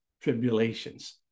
tribulations